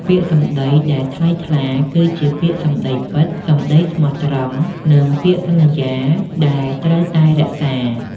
ពាក្យសម្ដីដែលថ្លៃថ្លា គឺជាពាក្យសម្ដីពិត សម្ដីស្មោះត្រង់ និងពាក្យសន្យាដែលត្រូវតែរក្សា។